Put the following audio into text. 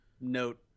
Note